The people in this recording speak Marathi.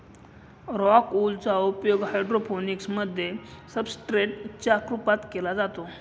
रॉक वूल चा उपयोग हायड्रोपोनिक्स मध्ये सब्सट्रेट च्या रूपात केला जातो